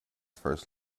first